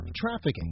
Trafficking